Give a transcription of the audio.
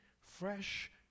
fresh